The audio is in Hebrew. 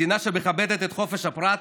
מדינה שמכבדת את חופש הפרט,